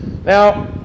Now